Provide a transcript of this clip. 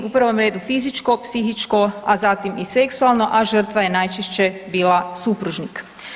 U prvom redu fizičko, psihičko, a zatim i seksualno, a žrtva je najčešće bila supružnik.